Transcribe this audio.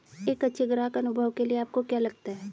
एक अच्छे ग्राहक अनुभव के लिए आपको क्या लगता है?